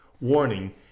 warning